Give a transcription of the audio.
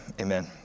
amen